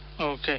okay